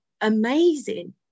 amazing